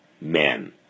men